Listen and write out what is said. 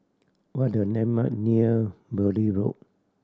what are the landmark near Beaulieu Road